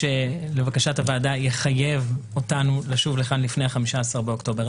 שלבקשת הוועדה יחייב אותנו לשוב לכאן לפני ה-15 באוקטובר.